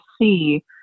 see